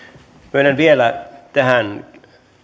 myönnän vielä tähän